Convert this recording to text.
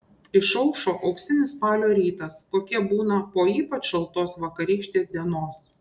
išaušo auksinis spalio rytas kokie būna po ypač šaltos vakarykštės dienos